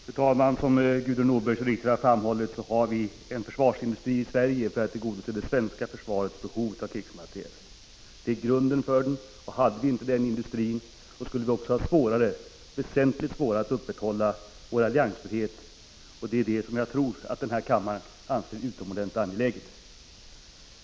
Fru talman! Som Gudrun Norberg mycket riktigt framhållit har vi en försvarsindustri i Sverige för att tillgodose det svenska försvarets behov av krigsmateriel. Det är grunden för denna industri. Hade vi inte den industrin, skulle vi ha det väsentligt svårare att upprätthålla vår alliansfrihet, något som jag tror att denna kammare anser är utomordentligt angeläget.